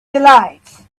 delight